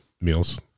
meals